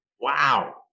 Wow